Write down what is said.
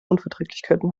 unverträglichkeiten